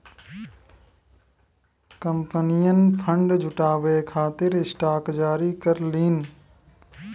कंपनियन फंड जुटावे खातिर स्टॉक जारी करलीन